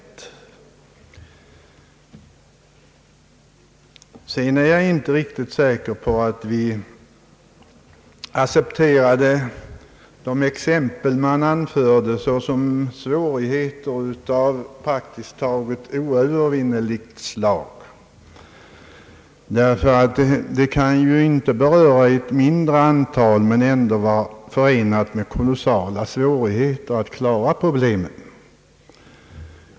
Vidare är jag inte riktigt säker på att vi accepterade de exempel man anförde såsom svårigheter av praktiskt taget oövervinneligt slag, därför att det kan inte beröra ett mindre antal men ändå vara förenat med betydande svårigheter att klara problemet.